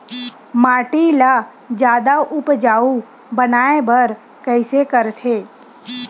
माटी ला जादा उपजाऊ बनाय बर कइसे करथे?